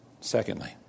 Secondly